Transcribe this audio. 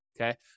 okay